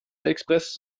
express